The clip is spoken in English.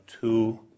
two